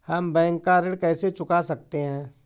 हम बैंक का ऋण कैसे चुका सकते हैं?